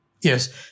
Yes